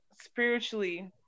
spiritually